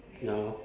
ya lor